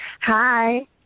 Hi